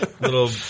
little –